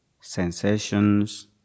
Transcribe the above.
sensations